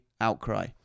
Outcry